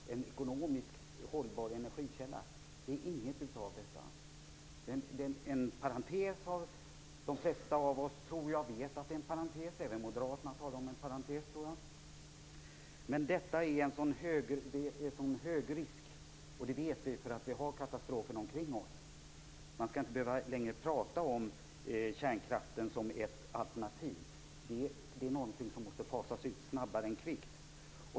Inget av detta stämmer. Kärnkraften är en parentes. De flesta av oss vet nog att det är så. Även Moderaterna talar, tror jag, om en parentes. Kärnkraften är verkligen förknippat med stora risker. Det vet vi, eftersom vi har katastrofen runt omkring oss. Man skall inte längre behöva tala om kärnkraften som ett alternativ, utan den måste fasas ut fortare än kvickt.